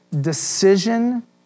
decision